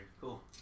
Cool